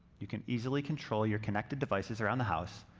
you can easily control your connected devices around the house,